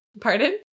Pardon